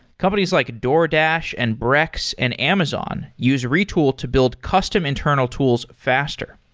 companies like a doordash, and brex, and amazon use retool to build custom internal tools faster.